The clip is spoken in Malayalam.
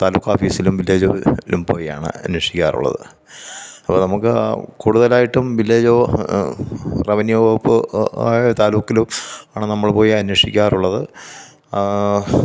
താലൂക്കാഫീസിലും വില്ലേജിലും പോയി ആണ് അന്വേഷിക്കാറുള്ളത് അപ്പോൾ നമുക്ക് കൂടുതലായിട്ടും വില്ലേജൊ റവന്യൂ വകുപ്പ് ആയ താലൂക്കിലും ആണ് നമ്മള് പോയി അന്വേഷിക്കാറുള്ളത്